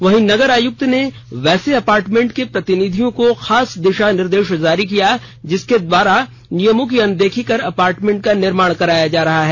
वहीं नगर आयुक्त ने वैसे अपार्टमेंट के प्रतिनिधियों को खास दिशा निर्देश जारी किया जिसके द्वारा नियमों की अनदेखी कर अपार्टमेंट का निर्माण कराया जा रहा हैं